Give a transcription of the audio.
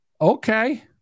Okay